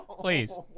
Please